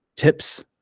tips